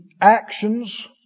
actions